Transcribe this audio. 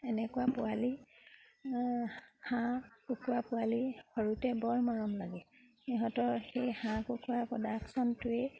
এনেকুৱা পোৱালি হাঁহ কুকুৰা পোৱালি সৰুতে বৰ মৰম লাগে সিহঁতৰ সেই হাঁহ কুকুৰা প্ৰডাকশ্যনটোৱে